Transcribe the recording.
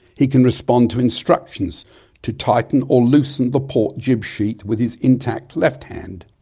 he can respond to instructions to tighten or loosen the port jib sheet with his intact left hand.